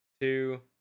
two